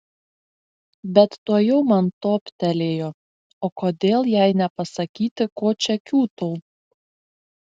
bet tuojau man toptelėjo o kodėl jai nepasakyti ko čia kiūtau